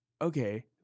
okay